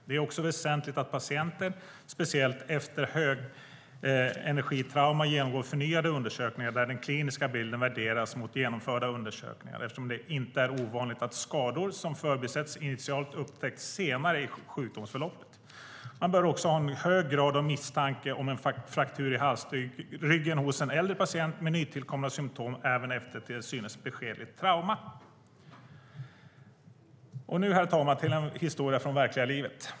Det är också väsentligt att patienten, speciellt efter högenergitrauma, genomför förnyade undersökningar där den kliniska bilden värderas mot genomförda undersökningar eftersom det inte är ovanligt att skador som förbisetts initialt upptäcks senare i sjukdomsförloppet. Man bör också ha en hög grad av misstanke om en fraktur i halsryggen hos en äldre patient med nytillkomna symtom även efter ett till synes beskedligt trauma. Nu, herr talman, går jag över till en historia från verkliga livet.